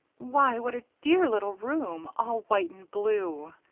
why! what a dear little room all white and blue!